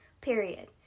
period